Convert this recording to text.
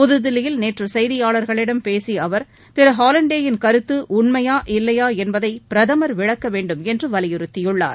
புதுதில்லியில் நேற்றுசெய்தியாளர்களிடம் பேசியஅவர் திருஹாலண்டேயின் கருத்துஉண்மையா இல்லையாஎன்பதைபிரதமர் விளக்கவேண்டுமென்றுவலியுறுத்தியுள்ளார்